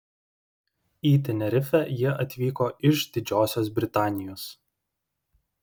į tenerifę jie atvyko iš didžiosios britanijos